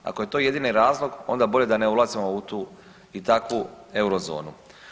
Ako je to jedini razlog, onda bolja da ne ulazimo u tu i takvu Eurozonu.